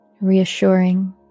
reassuring